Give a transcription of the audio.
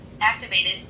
activated